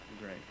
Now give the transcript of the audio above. Great